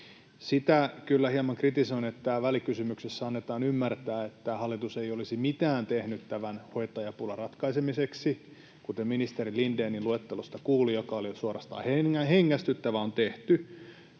Sitä kyllä hieman kritisoin, että välikysymyksessä annetaan ymmärtää, että hallitus ei olisi mitään tehnyt tämän hoitajapulan ratkaisemiseksi. Ministeri Lindénin luettelosta, joka oli suorastaan hengästyttävä, kuuli,